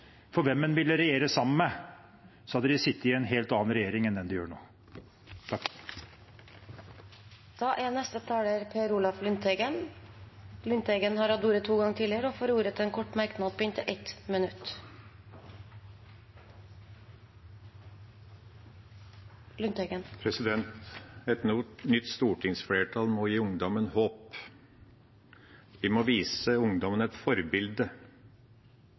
for hvem de ville regjere sammen med, hadde de sittet i en helt annen regjering enn det de gjør nå. Representanten Per Olaf Lundteigen har hatt ordet to ganger tidligere og får ordet til en kort merknad, begrenset til 1 minutt. Et nytt stortingsflertall må gi ungdommen håp. Vi må vise ungdommen et forbilde.